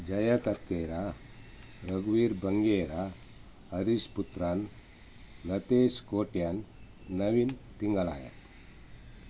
ಜಯ ಕರ್ಕೇರ ರಘುವೀರ್ ಬಂಗೇರ ಹರೀಶ್ ಪುತ್ರಾನ್ ಲತೇಶ್ ಕೋಟ್ಯಾನ್ ನವೀನ್ ತಿಂಗಳಾಯ